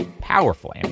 Powerful